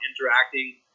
interacting